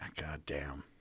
goddamn